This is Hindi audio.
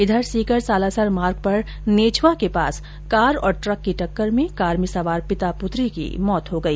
इधर सीकर सालासर मार्ग पर नेछवा के पास कार और द्रक की टक्कर में कार में सवार पिता पुत्री की मौत हो गई